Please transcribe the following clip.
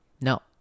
No